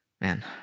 man